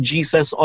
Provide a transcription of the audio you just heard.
Jesus